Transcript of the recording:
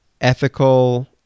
ethical